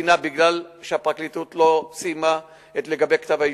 ממתינה מפני שהפרקליטות לא סיימה את כתב-האישום,